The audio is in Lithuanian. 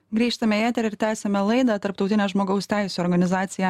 grįžtame į eterį ir tęsiame laidą tarptautinė žmogaus teisių organizacija